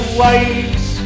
waves